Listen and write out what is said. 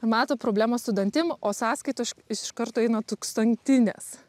ir mato problemą su dantim o sąskaitosš iš karto eina tūkstantinės